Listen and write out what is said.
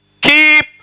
Keep